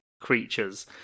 creatures